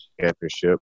championship